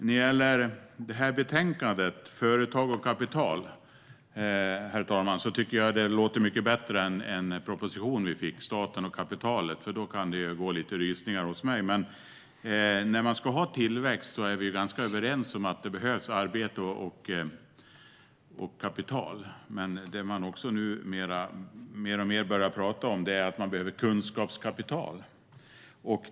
När det gäller det här betänkandet, herr talman, tycker att jag att "företag och kapital" låter mycket bättre än en proposition vi fick: Staten och kapitalet . Då kan det gå lite rysningar hos mig. Ska man ha tillväxt är vi ganska överens om att det behövs arbete och kapital. Men det man har börjat prata mer och mer om är att man också behöver kunskapskapital.